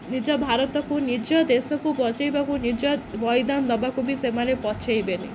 ନିଜ ଭାରତକୁ ନିଜ ଦେଶକୁ ବଞ୍ଚାଇବାକୁ ନିଜ ବଳିଦାନ ଦବାକୁ ବି ସେମାନେ ପଛାଇବେନି